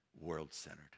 world-centered